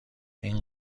این